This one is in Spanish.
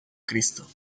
cristo